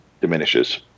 diminishes